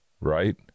right